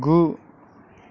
गु